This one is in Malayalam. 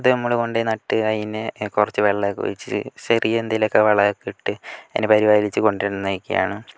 അത് നമ്മള് കൊണ്ടുപോയി നട്ട് അതിനെ കുറച്ച് വെള്ളമൊക്കെ ഒഴിച്ച് ചെറിയ എന്തേലുമൊക്കെ വളമൊക്കെ ഇട്ട് അതിനെ പരിപാലിച്ച് കൊണ്ടുവരുന്ന ഒക്കെയാണ്